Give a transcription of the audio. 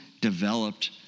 developed